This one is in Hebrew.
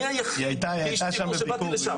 אני היחיד כאיש ציבור שבאתי לשם,